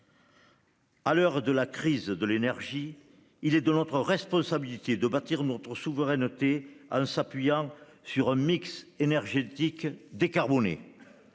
À l'heure de la crise de l'énergie, il est de notre responsabilité de bâtir notre souveraineté en nous appuyant sur un mix énergétique décarboné,